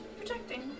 protecting